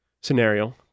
scenario